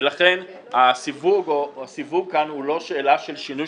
ולכן הסיווג כאן הוא לא שאלה של שינוי